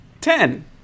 Ten